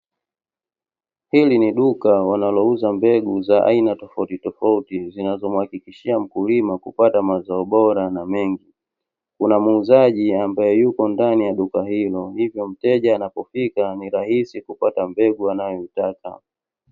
Hili ni duka wanalouza mbegu za aina tofautitofauti zinazomuhakikishia mkulima kupata mazao bora na mengi. Kuna muuzaji ambaye yupo ndani ya duka hilo hivyo mteja anapofika ni rahisi kupata mbegu anayoitaka.